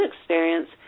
experience